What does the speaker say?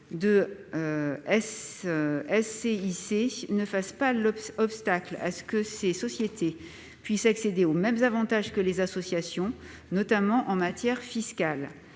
ne fasse pas obstacle à ce que ces sociétés puissent accéder aux mêmes avantages que les associations, notamment en matière fiscale.